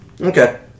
Okay